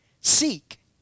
Seek